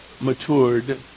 matured